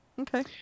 Okay